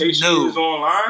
no